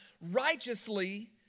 righteously